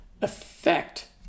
effect